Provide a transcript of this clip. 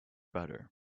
better